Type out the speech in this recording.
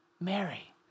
Mary